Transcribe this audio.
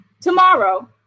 tomorrow